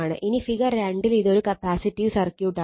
ഇനി ഫിഗർ 2 ൽ ഇതൊരു കപ്പാസിറ്റീവ് സർക്യൂട്ട് ആണ്